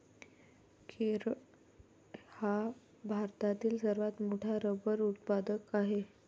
केरळ हा भारतातील सर्वात मोठा रबर उत्पादक आहे